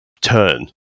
turn